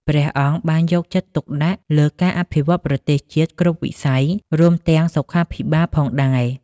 ព្រះអង្គបានយកចិត្តទុកដាក់លើការអភិវឌ្ឍប្រទេសជាតិគ្រប់វិស័យ រួមទាំងសុខាភិបាលផងដែរ។